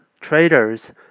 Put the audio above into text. traders